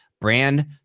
Brand